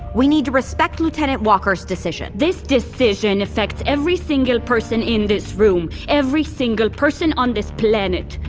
we need to respect lieutenant walker's decision this decision affects every single person in this room every single person on this planet!